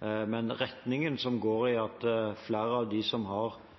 Men retningen – det at flere av dem som har